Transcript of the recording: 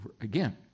again